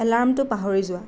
এলাৰ্মটো পাহৰি যোৱা